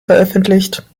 veröffentlicht